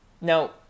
Now